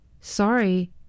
Sorry